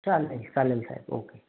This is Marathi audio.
चालतं आहे चालेल साहेब ओके